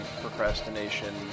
procrastination